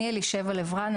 אני אלישבע לב-רן,